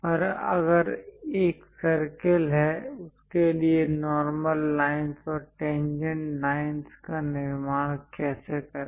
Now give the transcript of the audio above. और अगर एक सर्कल है उसके लिए नॉर्मल लाइंस और टेंजेंट लाइंस का निर्माण कैसे करें